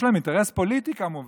יש להם אינטרס פוליטי, כמובן.